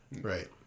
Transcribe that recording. right